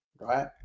right